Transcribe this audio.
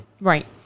Right